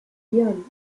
del